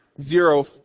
zero